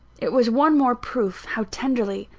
it was one more proof how tenderly,